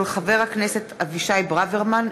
מאת חברי הכנסת אבישי ברוורמן,